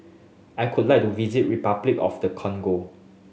I would like to visit Repuclic of the Congo